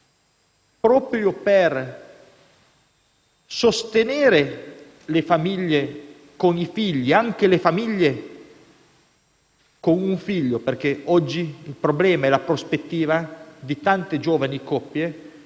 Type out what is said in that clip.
proprio per sostenere le famiglie con i figli e anche quelle con un figlio, atteso che il problema e la prospettiva di tante giovani coppie